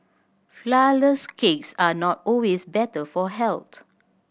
flourless cakes are not always better for health